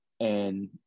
And-